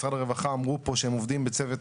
משרד הרווחה אמרו פה שהם עובדים בצוות,